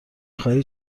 خواهید